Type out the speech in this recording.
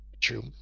True